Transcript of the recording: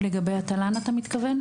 לגבי התל"ן אתה מתכוון?